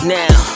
now